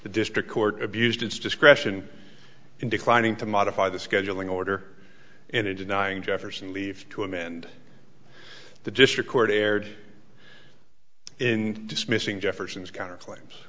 the district court abused its discretion in declining to modify the scheduling order and in denying jefferson leave to amend the district court erred in dismissing jefferson's counterclaims